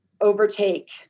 overtake